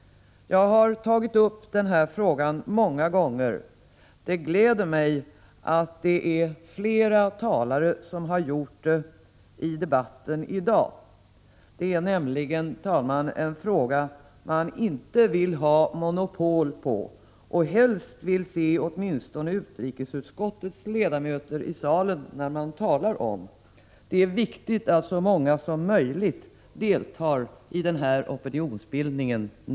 Jag har tagit upp den här frågan många gånger. Det gläder mig att det är flera talare som har gjort det i debatten i dag. Det är, herr talman, en fråga som" man inte vill ha monopol på, och helst vill man se åtminstone utrikesutskottets ledamöter i salen när man talar om den. Det är viktigt att så många som möjligt deltar i den här opinionsbildningen.